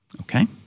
Okay